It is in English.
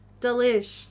Delish